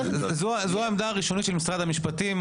העמדה הראשונית של משרד המשפטים,